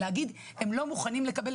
להגיד הם לא רוצים לקבל,